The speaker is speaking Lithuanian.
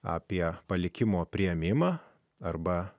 apie palikimo priėmimą arba